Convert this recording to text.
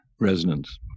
resonance